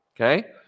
Okay